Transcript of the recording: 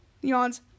yawns